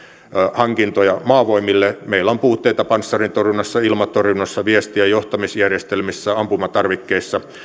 hankintoja maavoimille meillä on puutteita panssarintorjunnassa ilmatorjunnassa viesti ja johtamisjärjestelmissä ampumatarvikkeissa